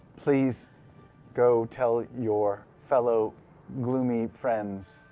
please go tell your fellow gloomy friends